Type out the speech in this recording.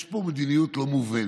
יש פה מדיניות לא מובנת.